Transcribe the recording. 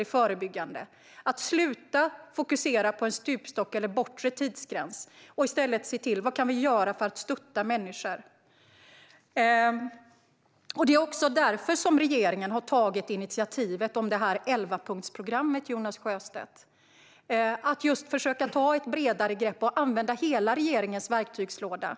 Det handlar om att sluta fokusera på en stupstock eller en bortre tidsgräns och i stället se vad vi kan göra för att stötta människor. Det är också därför, Jonas Sjöstedt, regeringen har tagit initiativ till elvapunktsprogrammet: för att försöka ta ett bredare grepp och använda hela regeringens verktygslåda.